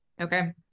Okay